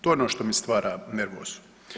To je ono što mi stara nervozu.